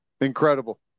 incredible